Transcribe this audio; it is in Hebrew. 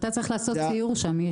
אתה צריך לעשות שם סיור.